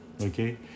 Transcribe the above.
okay